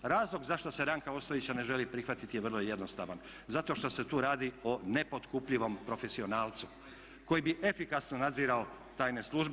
Razlog zašto se Ranka Ostojića ne želi prihvatiti je vrlo jednostavan zato što se tu radi o nepotkupljivom profesionalcu koji bi efikasno nadzirao tajne službe.